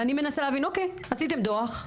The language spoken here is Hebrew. ואני מנסה להבין, אוקיי עשיתם דוח.